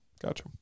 Gotcha